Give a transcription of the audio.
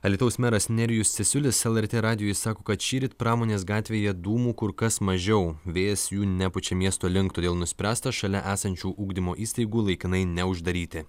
alytaus meras nerijus cesiulis lrt radijui sako kad šįryt pramonės gatvėje dūmų kur kas mažiau vėjas jų nepučia miesto link todėl nuspręsta šalia esančių ugdymo įstaigų laikinai neuždaryti